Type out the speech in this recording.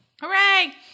Hooray